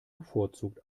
bevorzugt